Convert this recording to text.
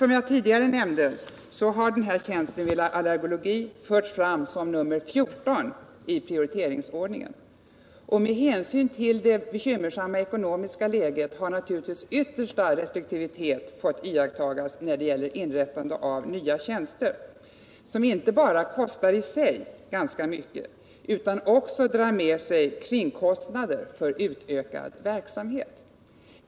Som jag nämnde har tjänsten i allergologi förts fram som nr 14 i prioriteringsordningen. Med hänsyn till det bekymmersamma ekonomiska läget har naturligtvis yttersta restriktivitet måst iakttagas när det gäller inrättande av nya tjänster, som inte bara i sig kostar ganska mycket, utan som också drar med sig kringkostnader för utökad verksamhet.